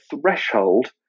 threshold